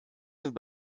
sind